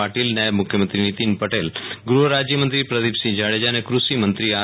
પાટિલ નાયબ મુખ્યમંત્રી નિતિનભાઈ પટેલ ગૃહ રાજ્યમંત્રી પ્રદીપસિંહ જાડેજા અને કૃષિ મંત્રી આર